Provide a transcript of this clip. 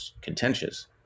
contentious